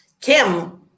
Kim